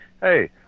hey